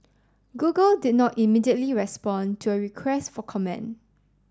Google did not immediately respond to a request for comment